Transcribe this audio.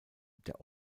der